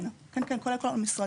כן, כולל כל המשרדים.